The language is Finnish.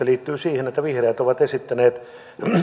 liittyy siihen että vihreät ovat esittäneet